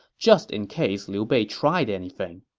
just in case liu bei tried anything.